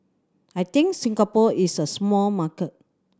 I think Singapore is a small market